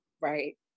Right